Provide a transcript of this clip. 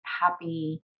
happy